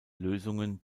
lösungen